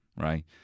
right